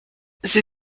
sie